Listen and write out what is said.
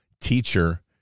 teacher